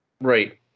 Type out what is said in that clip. Right